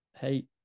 Hey